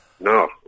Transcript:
No